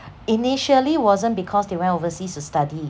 initially wasn't because they went overseas to study